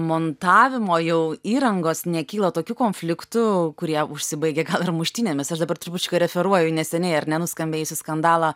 montavimo jau įrangos nekyla tokių konfliktų kurie užsibaigia ar muštynėmis aš dabar trupučiuką referuoju į neseniai ar ne nuskambėjusį skandalą